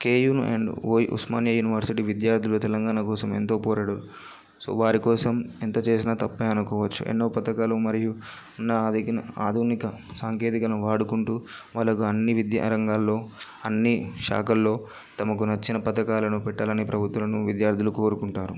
KU and OU Osmania university విద్యార్థులు తెలంగాణ కోసం ఎంతో పోరాడు సో వారి కోసం ఎంత చేసినా తక్కువే అనుకోవచ్చు ఎన్నో పథకాలు మరియు నాది ఆధునిక సాంకేతికను వాడుకుంటూ వాళ్ళకు అన్ని విద్యా రంగాల్లో అన్ని శాఖల్లో తమకు నచ్చిన పథకాలను పెట్టాలని ప్రభుత్వాలను విద్యార్థులు కోరుకుంటారు